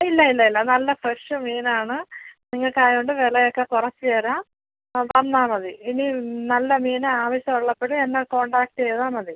ഇല്ല ഇല്ല ഇല്ല നല്ല ഫ്രഷ് മീനാണ് നിങ്ങൾക്ക് ആയതുകൊണ്ട് വില ഒക്കെ കുറച്ച് തരാം ആ വന്നാൽ മതി ഇനി നല്ല മീന് ആവശ്യം ഉള്ളപ്പോഴ് എന്നെ കോൺടാക്ട് ചെയ്താൽ മതി